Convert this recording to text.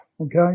okay